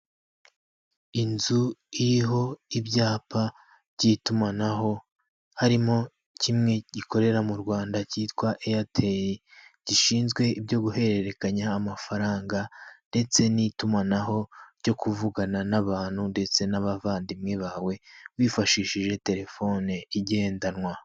Inzu iriho ibyapa by'itumanaho, harimo kimwe gikorera mu Rwanda cyitwa eyateri, gishinzwe ibyo guhererekanya amafaranga ndetse n'itumanaho ryo kuvugana n'abantu ndetse n'abavandimwe bawe wifashishije telefone igendanwa.